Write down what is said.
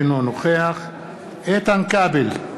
אינו נוכח איתן כבל,